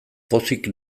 pozik